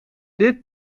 dit